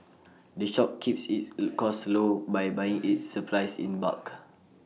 the shop keeps its costs low by buying its supplies in bulk